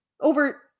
over –